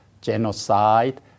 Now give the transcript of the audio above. genocide